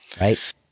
right